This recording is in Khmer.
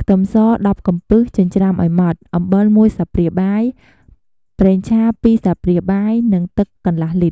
ខ្ទឹមស ១០ កំពឹស ចិញ្ច្រាំឱ្យម៉ដ្ឋ អំបិល ១ ស្លាបព្រាបាយ ប្រេងឆា ២ ស្លាបព្រាបាយ និង ទឹកកន្លះលីត្រ។